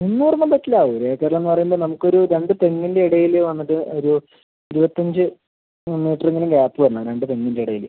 ഇരുന്നൂറൊന്നും പറ്റില്ല ഒര് ഏക്കറിലെന്ന് പറയുമ്പം നമുക്ക് ഒരു രണ്ട് തെങ്ങിൻ്റ ഇടയില് വന്നിട്ട് ഒരു ഇരുപത്തഞ്ച് അങ്ങനെ ഗ്യാപ്പ് വരണം രണ്ട് തെങ്ങിൻ്റെ ഇടയില്